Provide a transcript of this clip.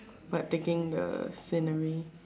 but taking the scenery